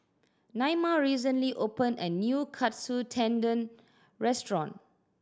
Naima recently opened a new Katsu Tendon Restaurant